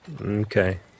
Okay